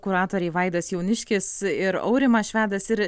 kuratoriai vaidas jauniškis ir aurimas švedas ir